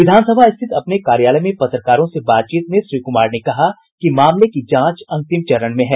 विधानसभा स्थित अपने कार्यालय में पत्रकारों से बातचीत में श्री कुमार ने कहा कि मामले की जांच अंतिम चरण में है